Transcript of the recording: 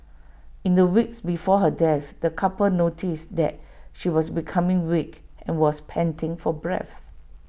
in the weeks before her death the couple noticed that she was becoming weak and was panting for breath